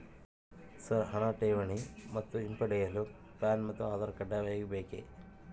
Sir ಹಣ ಠೇವಣಿ ಮತ್ತು ಹಿಂಪಡೆಯಲು ಪ್ಯಾನ್ ಮತ್ತು ಆಧಾರ್ ಕಡ್ಡಾಯವಾಗಿ ಬೇಕೆ?